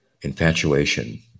infatuation